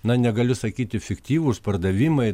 na negaliu sakyti fiktyvūs pardavimai